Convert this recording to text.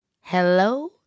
Hello